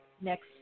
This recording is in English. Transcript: next